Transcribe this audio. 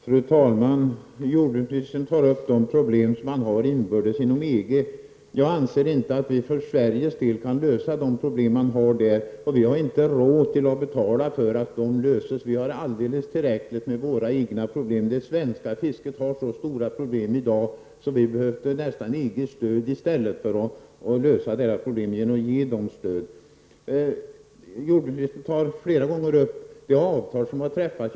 Fru talman! Jordbruksministern tar upp de problem som man har inbördes inom EG. Jag anser inte att vi för Sveriges del kan lösa de problem man har där, och vi har inte råd att betala för att de löses. Vi har alldeles tillräckligt med våra egna problem. Det svenska fisket har i dag så stora problem att vi nästan behöver EGs stöd i stället för att lösa EG ländernas problem genom att ge dem stöd. Jordbruksministern tar flera gånger upp det avtal som har träffats.